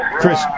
Chris